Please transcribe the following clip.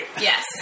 Yes